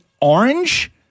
orange